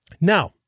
Now